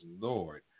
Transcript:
Lord